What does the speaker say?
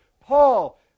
Paul